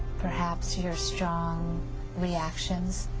perhaps you're strong reactions,